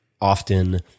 often